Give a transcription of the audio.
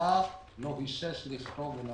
הכלכלה לא היסס לכתוב.